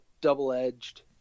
double-edged